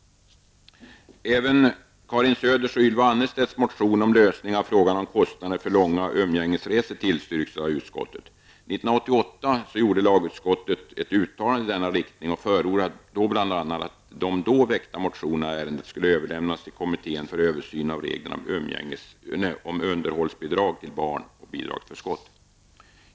Även Karin Söders och Ylva Annerstedts motion om lösning av frågan om kostnaderna för långa umgängesresor tillstyrks av utskottet. 1988 gjorde lagutskottet ett uttalande i denna riktning och förordade då att de då väckta motionerna i ärendet skulle överlämnas till kommittén för översyn av reglerna om underhållsbidrag till barn och bidragsförskott.